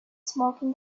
smoking